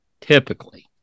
typically